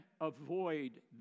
avoid